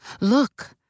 Look